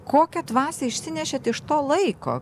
kokią dvasią išsinešėt iš to laiko